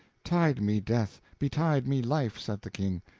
tide me death, betide me life, saith the king,